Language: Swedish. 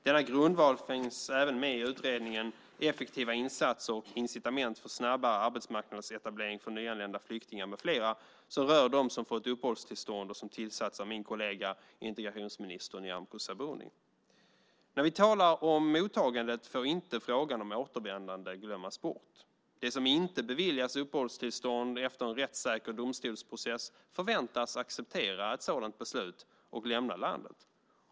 Denna grundval finns även med i utredningen Effektiva insatser och incitament för snabbare arbetsmarknadsetablering för nyanlända flyktingar m.fl. som rör dem som fått uppehållstillstånd och som tillsatts av min kollega integrationsminister Nyamko Sabuni. När vi talar om mottagandet får inte frågan om återvändande glömmas bort. De som inte beviljas uppehållstillstånd efter en rättssäker domstolsprocess förväntas acceptera ett sådant beslut och lämna landet.